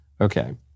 Okay